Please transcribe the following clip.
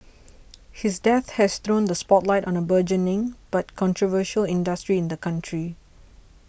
his death has thrown the spotlight on a burgeoning but controversial industry in the country